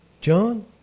John